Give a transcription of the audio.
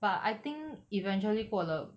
but I think eventually 过了